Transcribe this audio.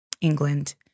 England